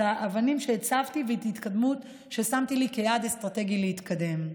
את האבנים שהצבתי ואת ההתקדמות ששמתי לי כיעד אסטרטגי להתקדם.